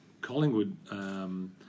Collingwood